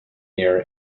near